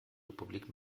republik